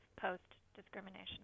post-discrimination